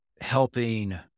helping